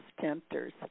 tempter's